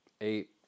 eight